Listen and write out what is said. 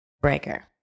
Breaker